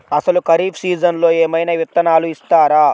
అసలు ఖరీఫ్ సీజన్లో ఏమయినా విత్తనాలు ఇస్తారా?